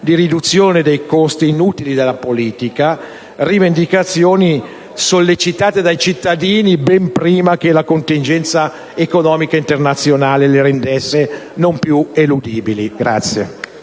di riduzione dei costi inutili della politica, rivendicazioni sollecitate dai cittadini ben prima che la contingenza economica internazionale le rendesse non più eludibili.